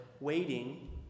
waiting